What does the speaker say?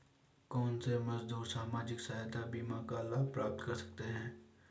कौनसे मजदूर सामाजिक सहायता बीमा का लाभ प्राप्त कर सकते हैं?